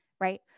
right